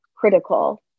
critical